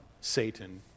Satan